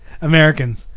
Americans